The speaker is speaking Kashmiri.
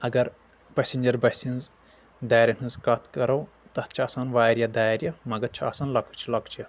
اگر پیسنجر بسہِ ہِنٛز دارٮ۪ن ہِنٛز کتھ کرو تتھ چھِ آسان واریاہ دارِ مگر چھِ آسان لۄکچہِ لۄکچہِ